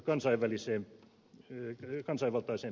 miten on käynyt